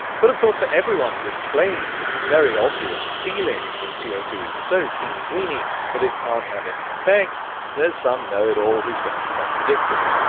but of course if everyone who explains this very obvious feeling that c o two is so teeny-weeny that it can't have any effect there's some know-it-all who's going to contradict him.